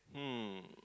hmm